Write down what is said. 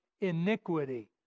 iniquity